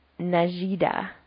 Najida